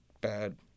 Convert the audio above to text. Bad